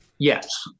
Yes